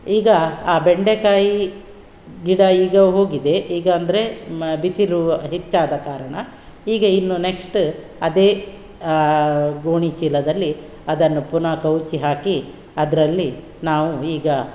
ಈಗ ಆ ಬೆಂಡೆಕಾಯಿ ಗಿಡ ಈಗ ಹೋಗಿದೆ ಈಗ ಅಂದರೆ ಮ ಬಿಸಿಲು ಹೆಚ್ಚಾದ ಕಾರಣ ಈಗ ಇನ್ನು ನೆಕ್ಸ್ಟ ಅದೇ ಆ ಗೋಣಿಚೀಲದಲ್ಲಿ ಅದನ್ನು ಪುನಃ ಕವಚಿ ಹಾಕಿ ಅದರಲ್ಲಿ ನಾವು ಈಗ